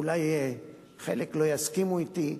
אולי חלק לא יסכימו אתי,